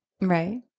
Right